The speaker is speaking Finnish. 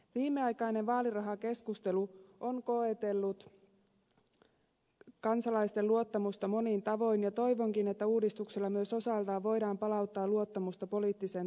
viimeaikainen vaalirahakeskustelu on koetellut kansalaisten luottamusta monin tavoin ja toivonkin että uudistuksilla myös osaltaan voidaan palauttaa luottamusta poliittiseen toimintaan